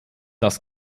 das